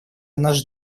наш